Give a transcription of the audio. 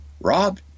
Rob